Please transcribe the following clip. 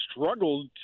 struggled